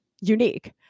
unique